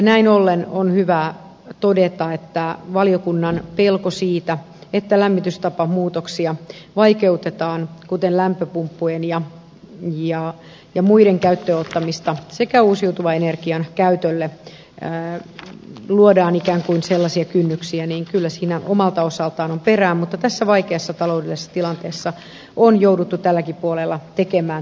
näin ollen on hyvä todeta että valiokunnan pelossa siitä että lämmitystapamuutoksia vaikeutetaan kuten lämpöpumppujen ja muiden käyttöön ottamista sekä uusiutuvan energian käytölle luodaan ikään kuin sellaisia kynnyksiä kyllä omalta osaltaan on perää mutta tässä vaikeassa taloudellisessa tilanteessa on jouduttu tälläkin puolella tekemään toimia